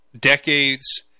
decades